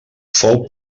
fou